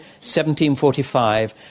1745